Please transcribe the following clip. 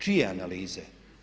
Čije analize?